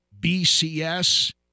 BCS